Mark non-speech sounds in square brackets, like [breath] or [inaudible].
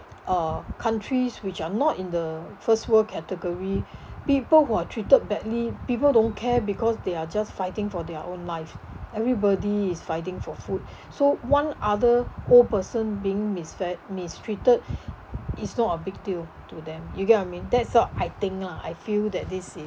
uh countries which are not in the first world category [breath] people who are treated badly people don't care because they are just fighting for their own life everybody is fighting for food [breath] so one other old person being misfai~ mistreated [breath] it's not a big deal to them you get I mean that's what I think lah I feel that this is